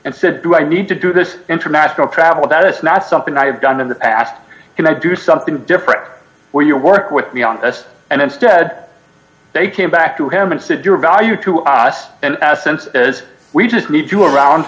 and said do i need to do this international travel that it's not something i have done in the past can i do something different where you work with me on this and instead they came back to him and said your value to us and as cents as we just need to have around